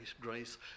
grace